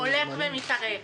הולך ומתארך.